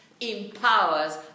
empowers